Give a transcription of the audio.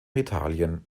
italien